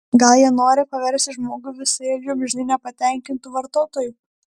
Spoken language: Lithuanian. gal jie nori paversti žmogų visaėdžiu amžinai nepatenkintu vartotoju